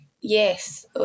Yes